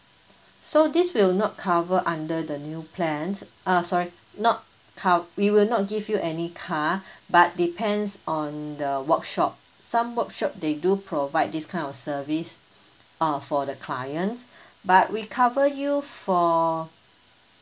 so this will not cover under the new plan uh sorry not co~ we will not give you any car but depends on the workshop some workshop they do provide this kind of service uh for the client but we cover you for